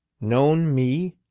known me?